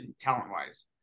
talent-wise